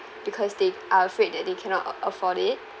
because they are afraid that they cannot a~ afford it